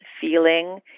feeling